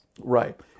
Right